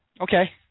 Okay